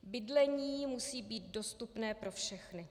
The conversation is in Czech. Bydlení musí být dostupné pro všechny.